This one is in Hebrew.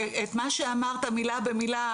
שאת מה שאמרת מילה במילה,